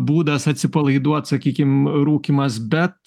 būdas atsipalaiduot sakykim rūkymas bet